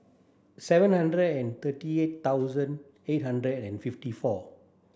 seven hundred and thirty thousand eight hundred and fifty four